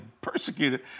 persecuted